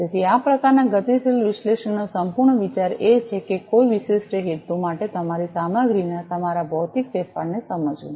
તેથી આ પ્રકારનાં ગતિશીલ વિશ્લેષણનો સંપૂર્ણ વિચાર એ છે કે કોઈ વિશિષ્ટ હેતુ માટે તમારી સામગ્રીના તમારા ભૌતિક ફેરફારને સમજવું